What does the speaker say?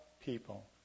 people